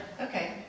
Okay